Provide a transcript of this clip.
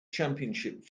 championship